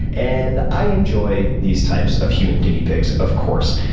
and i enjoy these types of human guinea pigs of course.